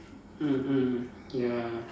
mm mm ya